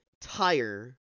tire